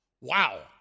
Wow